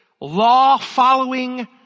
law-following